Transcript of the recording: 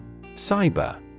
Cyber